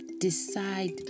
decide